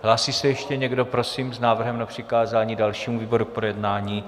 Hlásí se ještě někdo prosím s návrhem na přikázání dalšímu výboru k projednání?